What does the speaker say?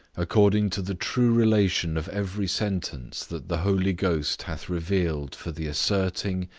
according to the true relation of every sentence that the holy ghost hath revealed for the asserting,